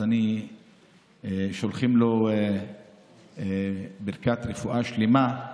אז אנחנו שולחים לו ברכת רפואה שלמה.